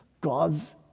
God's